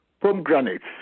pomegranates